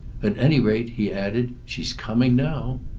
at any rate, he added, she's coming now.